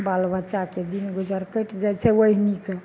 बाल बच्चाके दिन गुजर कटि जाइ छै ओहिनीके